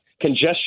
congestion